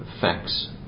facts